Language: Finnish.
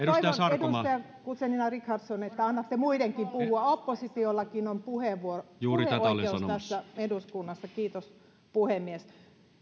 sarkomaa toivon edustaja guzenina että annatte muidenkin puhua oppositiollakin on puheoikeus tässä eduskunnassa kiitos puhemies